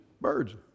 birds